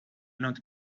not